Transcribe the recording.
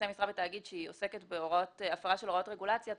משרה בתאגיד שהיא עוסקת בהפרה של הוראות רגולציה,